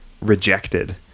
rejected